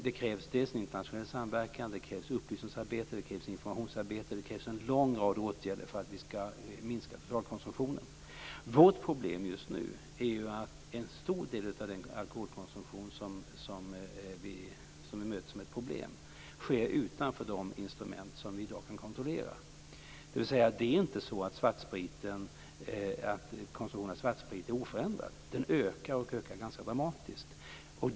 Det krävs dels en internationell samverkan, dels upplysnings och informationsarbete. Ja, det krävs en lång rad åtgärder för att vi skall minska totalkonsumtionen. Vårt problem just nu är att en stor del av den alkoholkonsumtion som vi möter som ett problem sker så att säga utanför de instrument som vi i dag kan kontrollera. Det är inte så att konsumtionen av svartsprit är oförändrad, den ökar och ökar ganska dramatiskt.